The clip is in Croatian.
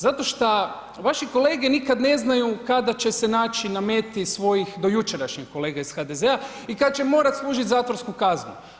Zato šta vaši kolege nikad ne znaju kada će se naći na meti svojih dojučerašnjih kolega iz HDZ-a i kada će morati služiti zatvorsku kaznu.